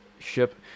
ship